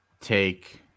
take